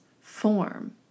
form